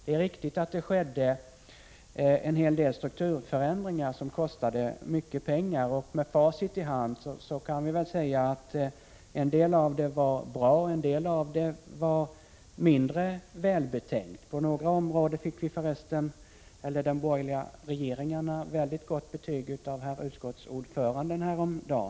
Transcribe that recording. Det är riktigt att det skedde en hel del strukturförändringar som kostade mycket pengar, och med facit i hand kan vi väl säga att en del saker var bra, annat var mindre välbetänkt. På några områden fick för resten de borgerliga regeringarna väldigt gott betyg av näringsutskottets ordförande häromdagen.